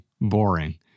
boring